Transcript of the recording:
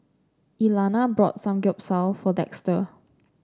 Elana bought Samgyeopsal for Dexter